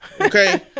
Okay